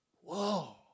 Whoa